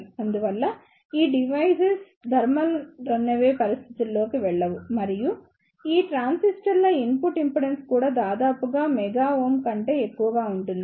అందువల్ల ఈ devices thermal runaway పరిస్థితుల్లోకి వెళ్లవు మరియు ఈ ట్రాన్సిస్టర్ల ఇన్పుట్ ఇంపెడెన్స్ కూడా దాదాపుగా మెగా ఓం కంటే ఎక్కువగా ఉంటుంది